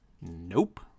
Nope